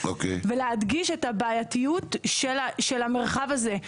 ולהדגיש את הבעייתיות של המרחב הזה,